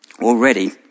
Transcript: already